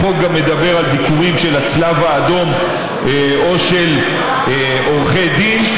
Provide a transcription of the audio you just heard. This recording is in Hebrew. החוק גם מדבר על ביקורים של הצלב האדום או של עורכי דין.